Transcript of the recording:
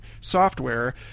software